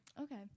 Okay